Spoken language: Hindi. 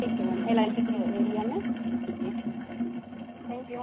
ठीक है मैम एल आई जी के एरिया में ठीक है थैंक यू